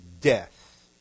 death